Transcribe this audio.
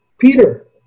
Peter